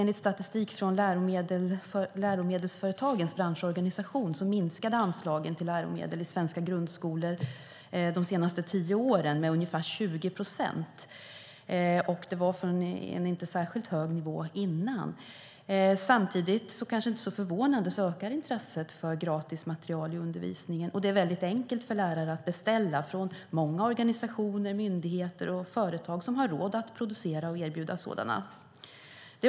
Enligt statistik från läromedelsföretagens branschorganisation har anslagen till läromedel i svenska grundskolor de senaste tio åren minskat med ungefär 20 procent, och detta från en inte särskilt hög nivå tidigare. Samtidigt ökar, kanske inte så förvånande, intresset för gratis material i undervisningen. Det är enkelt för lärare att beställa från många organisationer, myndigheter och företag som har råd att producera och erbjuda sådant.